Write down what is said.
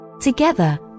Together